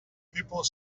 people